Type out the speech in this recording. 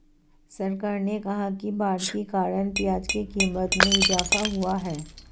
सरकार ने कहा कि बाढ़ के कारण प्याज़ की क़ीमत में इजाफ़ा हुआ है